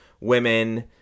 women